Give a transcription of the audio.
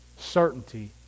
certainty